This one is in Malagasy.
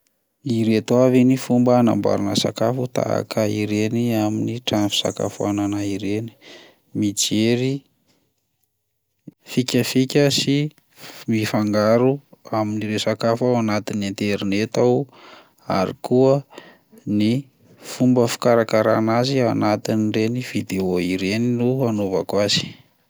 Ireto avy ny fomba hanamboarana sakafo tahaka ireny any amin'ny trano fisakafoanana ireny: mijery fikafika sy ny fangaro amin'le sakafo ao anatin'ny aterneto aho ary koa ny fomba fikarakarana azy anatin'ireny vidéo ireny no anaovako azy.